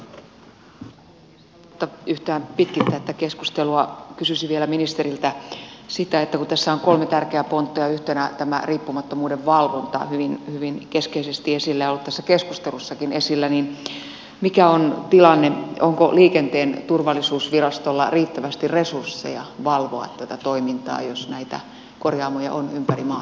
haluamatta yhtään pitkittää tätä keskustelua kysyisin vielä ministeriltä sitä että kun tässä on kolme tärkeää pontta ja yhtenä tämä riippumattomuuden valvonta hyvin keskeisesti ollut tässä keskustelussakin esillä niin mikä on tilanne onko liikenteen turvallisuusvirastolla riittävästi resursseja valvoa tätä toimintaa jos näitä korjaamoja on ympäri maata